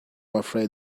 afraid